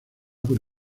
por